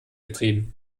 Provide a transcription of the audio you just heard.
getrieben